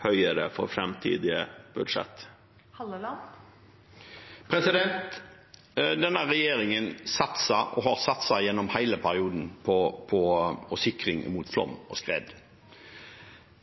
bedre i framtidige budsjetter? Denne regjeringen satser – og har satset gjennom hele perioden – på sikring mot flom og skred.